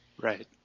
Right